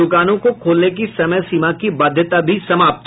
दुकानों को खोलने की समय सीमा की बाध्यता भी समाप्त